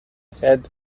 had